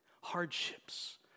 Hardships